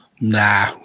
Nah